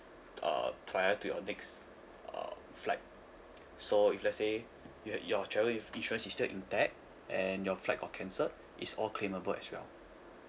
uh prior to your next uh flight so if let's say you had your travel insurance is still intact and your flight got cancelled it's all claimable as well